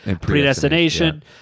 predestination